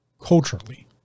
culturally